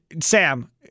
Sam